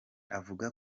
avuga